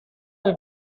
del